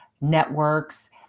networks